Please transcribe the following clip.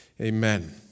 amen